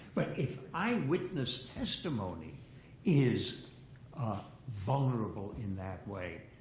but if eyewitness testimony is ah vulnerable in that way,